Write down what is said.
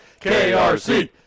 KRC